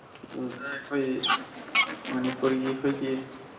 ꯑꯗꯨꯗ ꯑꯩꯈꯣꯏ ꯃꯅꯤꯄꯨꯔꯒꯤ ꯑꯩꯈꯣꯏꯒꯤ